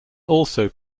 also